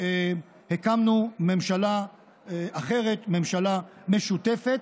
הקמנו ממשלה אחרת, ממשלה משותפת,